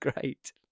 great